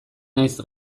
naiz